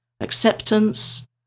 acceptance